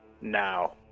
now